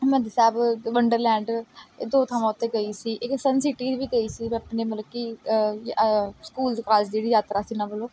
Harmandir Sahib Wonderland ਇਹ ਦੋ ਥਾਵਾਂ ਉੱਤੇ ਗਈ ਸੀ ਇੱਕ ਸਨ ਸਿਟੀ ਵੀ ਗਈ ਸੀ ਮੈਂ ਆਪਣੇ ਮਤਲਬ ਕਿ ਸਕੂਲ ਅਤੇ ਕਾਲਜ ਦੀ ਜਿਹੜੀ ਯਾਤਰਾ ਸੀ ਉਹਨਾਂ ਵੱਲੋਂ